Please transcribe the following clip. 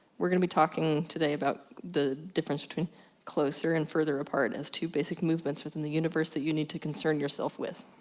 we're gonna be talking today about the difference between closer and further apart, as two basic movements within the universe, that you need to concern yourself with.